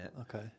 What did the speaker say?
Okay